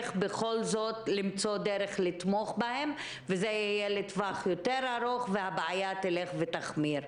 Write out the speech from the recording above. בכל זאת למצוא דרך לתמוך בהם בטווח היותר ארוך כשהבעיה תלך ותחמיר.